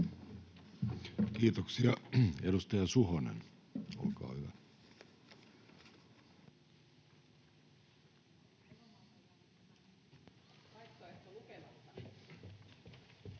Kiitoksia. — Edustaja Suhonen, olkaa hyvä.